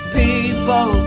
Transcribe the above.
people